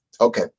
Okay